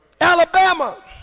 Alabama